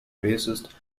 bassist